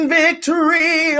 victory